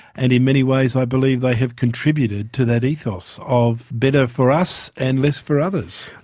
and in many ways i believe they have contributed to that ethos of better for us and less for others.